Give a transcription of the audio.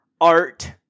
art